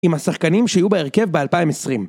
עם השחקנים שיהיו בהרכב ב-2020